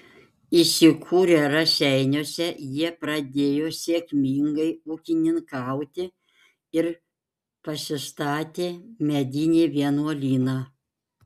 įsikūrę raseiniuose jie pradėjo sėkmingai ūkininkauti ir pasistatė medinį vienuolyną